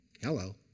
Hello